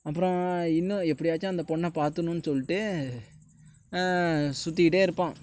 அப்புறம் என்ன எப்படியாச்சும் அந்த பொண்ணை பாத்துடணுன்னு சொல்லிவிட்டு சுற்றிகிட்டே இருப்பான்